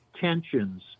tensions